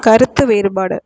கருத்து வேறுபாடு